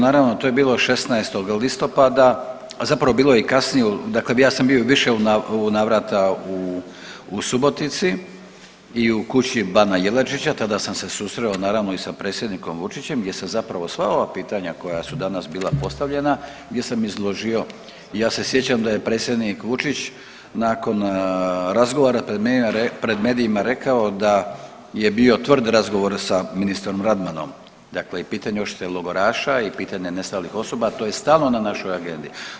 Naravno, to je bilo 16. listopada, a zapravo bilo je i kasnije, dakle ja sam bio u više navrata u Subotici i u Kući bana Jelačića, tada sam se susreo, naravno i sa predsjednikom Vučićem gdje sam zapravo sva ova pitanja koja su danas bila postavljena, gdje sam izložio i ja se sjećam da je predsjednik Vučić nakon razgovora pred medijima rekao da je bio tvrd razgovor sa ministrom Radmanom, dakle i pitanje odštete logoraša i pitanje nestalih osoba, to je stalno na našoj agendi.